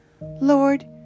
Lord